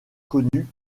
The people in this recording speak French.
connu